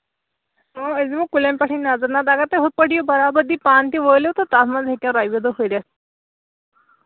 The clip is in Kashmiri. آ أسۍ دِمو کُلیو پیٚٹھٕے نَظر نتہٕ اَگر تُہۍ یِتھٕ پٲٹھۍ یِیِو برابری پانہٕ تہِ وٲلِو تہٕ تَتھ منٛز ہیٚکو رۄپیہِ دہ ہُرِتھ